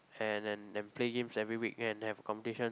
and and and play games every week and have competition